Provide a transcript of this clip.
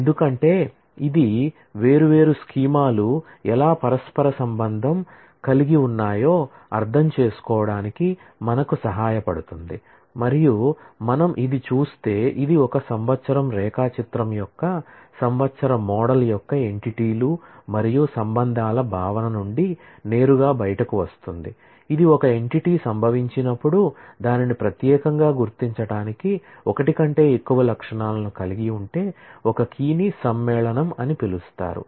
ఎందుకంటే ఇది వేర్వేరు స్కీమాలు ఎలా పరస్పరం రిలేషన్ కలిగి ఉన్నాయో అర్థం చేసుకోవడానికి మనకు సహాయపడుతుంది మరియు మనం ఇది చూస్తే ఇది ఒక సంవత్సరం రేఖాచిత్రం యొక్క సంవత్సర మోడల్ యొక్క ఎంటిటీస్ మరియు సంబంధాల భావన నుండి నేరుగా బయటకు వస్తుంది ఇది ఒక ఎంటిటీ సంభవించినపుడు దానిని ప్రత్యేకంగా గుర్తించడానికి ఒకటి కంటే ఎక్కువ అట్ట్రిబ్యూట్స్ ను కలిగి ఉంటే ఒక కీని సమ్మేళనం అని పిలుస్తారు